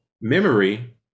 memory